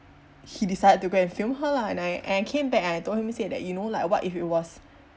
he decided to go and film her lah and I and I came back and I told him I said that you know like what if it was